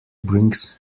brings